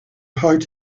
heart